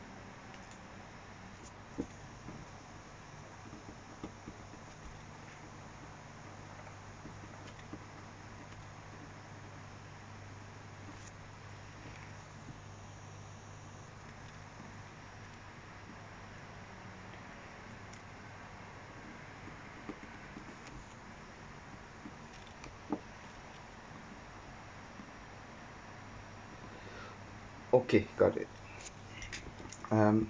okay got it um